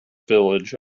village